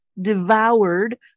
devoured